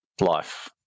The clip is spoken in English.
life